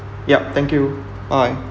yup thank you bye